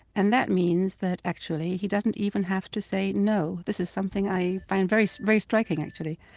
and that means that, actually, he doesn't even have to say no. this is something i find very very striking, actually,